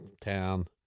town